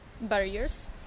barriers